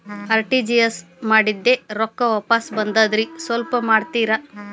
RTGS ಮಾಡಿದ್ದೆ ರೊಕ್ಕ ವಾಪಸ್ ಬಂದದ್ರಿ ಸ್ವಲ್ಪ ನೋಡ್ತೇರ?